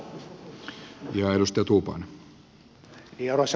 arvoisa puheenjohtaja